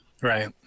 Right